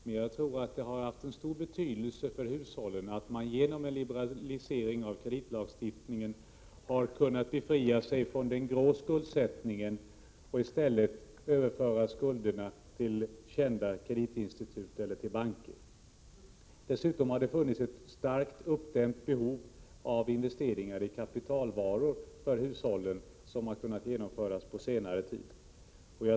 Det har för hushållen varit av stor betydelse att en liberalisering av kreditlagstiftningen har genomförts, så att de har kunnat befria sig från den grå skuldsättningen och i stället överföra skulderna till banker eller kända kreditinstitut. Det har dessutom funnits ett starkt uppdämt behov för hushållen att kunna investera i kapitalvaror, vilket de har kunnat göra på senare tid.